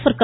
per க